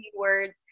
words